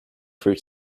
fruit